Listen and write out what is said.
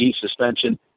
suspension